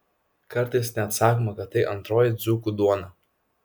kartais net sakoma kad tai antroji dzūkų duona